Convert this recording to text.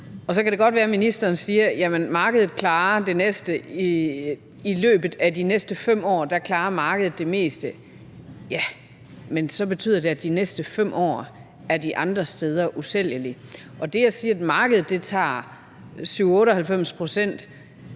Og så kan det godt være, at ministeren siger: Jamen markedet klarer det meste i løbet af de næste 5 år. Men så betyder det, at de næste 5 år er de andre steder usælgelige. Og det at sige, at markedet tager 97-98 pct.,